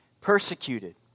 persecuted